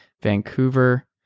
Vancouver